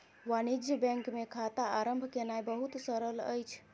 वाणिज्य बैंक मे खाता आरम्भ केनाई बहुत सरल अछि